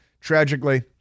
tragically